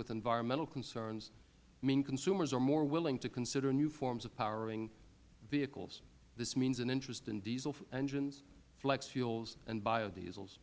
with environmental concerns means consumers are more willing to consider new forms of powering vehicles this means an interest in diesel engines flex fuels and biodiesels